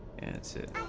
answered,